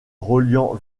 reliant